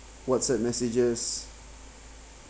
whatsapp messages